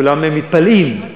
כולם מתפלאים,